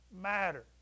matter